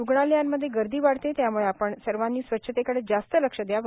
रुग्णालयांमध्ये गर्दी वाढते त्यामुळे आपण सर्वांनी स्वच्छतेकडे जास्त लक्ष दयावे